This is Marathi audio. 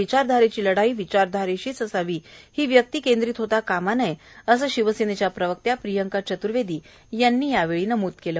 विचारधारेची लढाई विचारधारेशीच असावी ही व्यक्ती केंद्रीत होता कामानये असे शिवसेनेच्या प्रवक्त्या प्रियंका चतुर्वेदी यांनी यावेळी नमुद केले